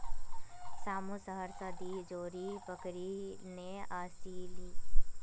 रामू शहर स दी जोड़ी बकरी ने ओसील